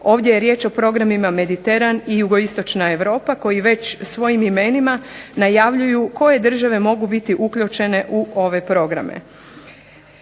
Ovdje je riječ o programima "Mediteran" i "Jugoistočna Europa" koji već svojim imenima najavljuju koje države mogu biti uključene u ove programe.